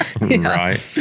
Right